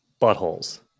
buttholes